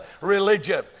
religion